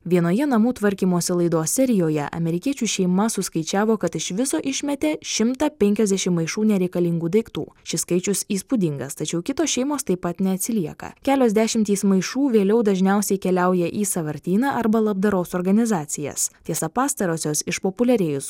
vienoje namų tvarkymosi laidos serijoje amerikiečių šeima suskaičiavo kad iš viso išmetė šimtą penkiasdešimt maišų nereikalingų daiktų šis skaičius įspūdingas tačiau kitos šeimos taip pat neatsilieka kelios dešimtys maišų vėliau dažniausiai keliauja į sąvartyną arba labdaros organizacijas tiesa pastarosios išpopuliarėjus